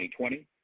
2020